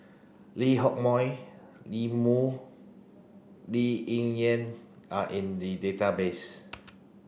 Lee Hock Moh Lee Moo Lee Ling Yen are in the database